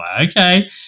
Okay